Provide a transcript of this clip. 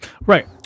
Right